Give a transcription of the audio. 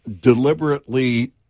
deliberately